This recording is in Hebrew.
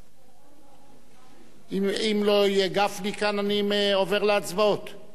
אם גפני לא יהיה כאן, אני עובר להצבעות.